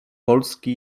polski